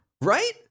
Right